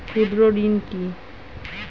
ক্ষুদ্র ঋণ কি?